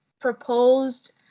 proposed